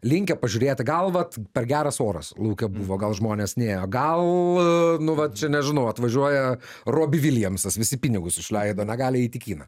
linkę pažiūrėti gal va per geras oras lauke buvo gal žmonės nėjo gal nu va čia nežinau atvažiuoja robi viliamsas visi pinigus išleido negali eit į kiną